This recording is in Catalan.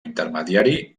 intermediari